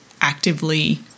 actively